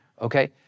okay